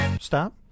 Stop